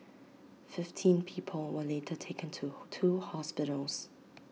fifteen people were later taken to two hospitals